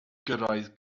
gyrraedd